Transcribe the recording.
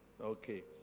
Okay